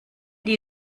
die